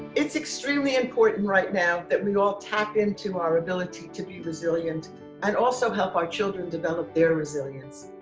it's extremely important right now that we all tap into our ability to be resilient and also help our children develop their resilience.